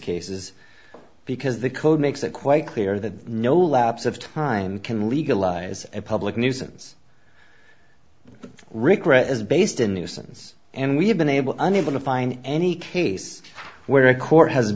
cases because the code makes it quite clear that no lapse of time can legalize a public nuisance regret is based in nuisance and we have been able unable to find any case where a court has